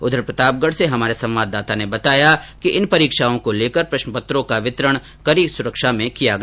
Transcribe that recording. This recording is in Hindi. उधर प्रतापगढ़ से हमारे संवाददाता ने बताया कि इन परीक्षाओं को लेकर प्रश्नपत्रों का वितरण कड़ी सुरक्षा में किया गया